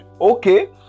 okay